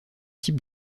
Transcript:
types